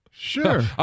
Sure